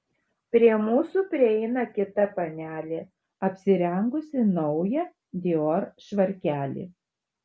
prie mūsų prieina kita panelė apsirengusi naują dior švarkelį